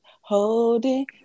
holding